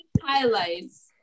highlights